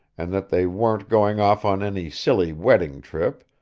and that they weren't going off on any silly wedding trip,